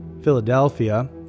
Philadelphia